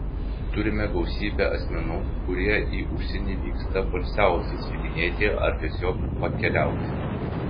turime gausybę asmenų kurie į užsienį vyksta poilsiauti slidinėti ar tiesiog pakeliauti